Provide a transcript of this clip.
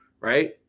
right